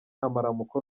amaramuko